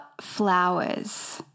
flowers